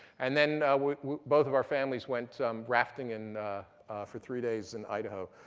and then both of our families went rafting and for three days in idaho.